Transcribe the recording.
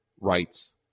rights